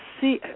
see